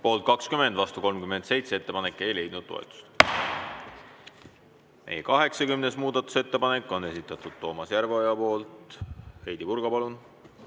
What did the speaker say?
Poolt 20, vastu 37. Ettepanek ei leidnud toetust.80. muudatusettepanek on esitatud Toomas Järveoja poolt. Heidy Purga, palun!